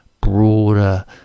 broader